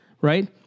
right